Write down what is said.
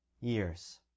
years